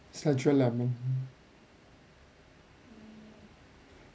sjora lemon